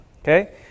okay